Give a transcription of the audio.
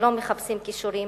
שלא מחפשים כישורים,